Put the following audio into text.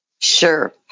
Sure